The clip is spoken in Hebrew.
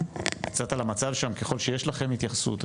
קצת על המצב שם ככל שיש לכם התייחסות.